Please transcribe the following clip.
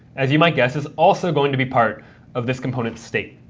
as you might guess, is also going to be part of this component state.